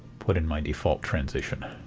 put in my default transition.